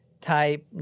type